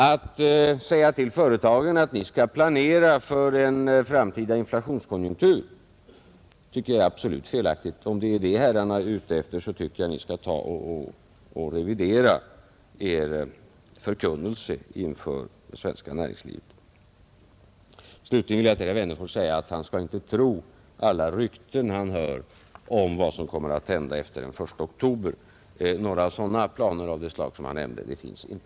Att säga till företagen att de skall planera för en framtida inflationskonjunktur tycker jag är absolut felaktigt — om det är det herrarna är ute efter tycker jag ni skall ta och revidera er förkunnelse inför det svenska näringslivet. Slutligen vill jag till herr Wennerfors säga att han inte skall tro alla rykten han hör om vad som kommer att hända efter den 1 oktober. Några planer av det slag han nämnde finns inte.